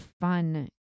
fun